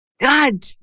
god